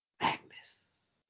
Magnus